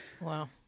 Wow